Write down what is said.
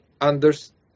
understand